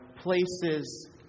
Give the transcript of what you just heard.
places